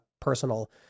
personal